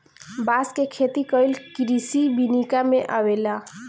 बांस के खेती कइल कृषि विनिका में अवेला